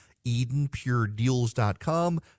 EdenPureDeals.com